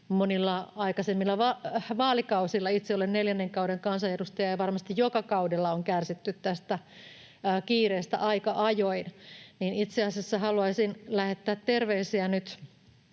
monilla aikaisemmilla vaalikausilla. Itse olen neljännen kauden kansanedustaja, ja varmasti joka kaudella on kärsitty tästä kiireestä aika ajoin. Itse asiassa haluaisin lähettää terveisiä nyt